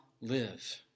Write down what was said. live